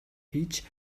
хийж